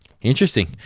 Interesting